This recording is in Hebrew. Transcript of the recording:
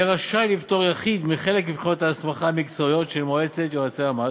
יהיה רשאי לפטור יחיד מחלק מבחינות ההסמכה המקצועית של מועצת יועצי המס,